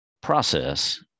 process